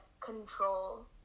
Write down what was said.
control